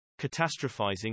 Catastrophizing